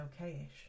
okay-ish